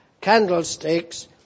candlesticks